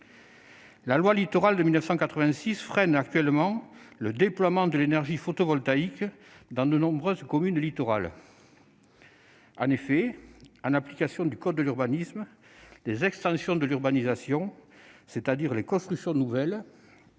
loi Littoral, freine actuellement le déploiement de l'énergie photovoltaïque dans de nombreuses communes littorales. En effet, en application du code de l'urbanisme, « l'extension de l'urbanisation », c'est-à-dire les constructions nouvelles,